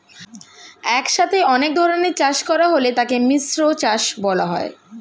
একসাথে অনেক ধরনের চাষ করা হলে তাকে মিশ্র চাষ বলা হয়